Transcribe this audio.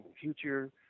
future